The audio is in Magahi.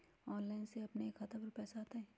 ऑनलाइन से अपने के खाता पर पैसा आ तई?